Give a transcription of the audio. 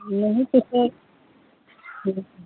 नहीं तो सर